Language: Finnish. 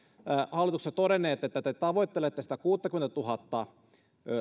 hallituksessa todenneet että te tavoittelette sitä kuusikymmentätuhatta